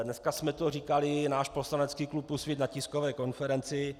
Dneska jsme to říkali, náš poslanecký klub Úsvit, na tiskové konferenci.